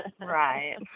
Right